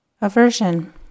aversion